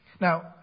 Now